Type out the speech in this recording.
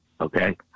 Okay